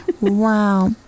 wow